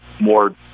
more